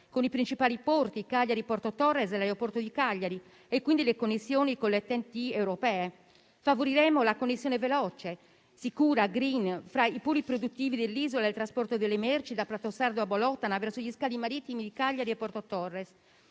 con i principali porti di Cagliari e Porto Torres e con l'aeroporto di Cagliari e, quindi, le connessioni con le TEN-T europee. Favoriremo inoltre la connessione veloce, sicura e *green* fra i poli produttivi dell'isola e il trasporto delle merci da Pratosardo a Bolotana, verso gli scali marittimi di Cagliari e Porto Torres.